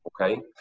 Okay